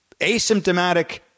asymptomatic